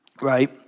right